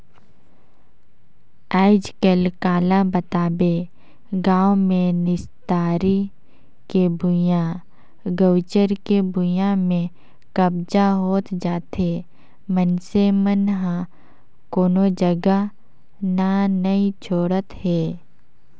आजकल काला बताबे गाँव मे निस्तारी के भुइयां, गउचर के भुइयां में कब्जा होत जाथे मइनसे मन ह कोनो जघा न नइ छोड़त हे